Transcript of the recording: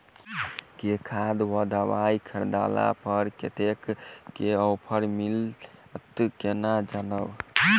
केँ खाद वा दवाई खरीदला पर कतेक केँ ऑफर मिलत केना जानब?